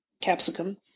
capsicum